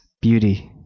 beauty